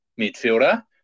midfielder